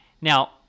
Now